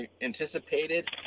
anticipated